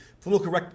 political